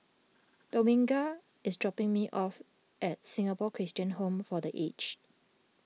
Dominga is dropping me off at Singapore Christian Home for the Aged